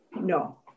No